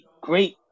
great